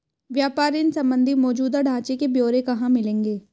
व्यापार ऋण संबंधी मौजूदा ढांचे के ब्यौरे कहाँ मिलेंगे?